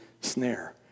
snare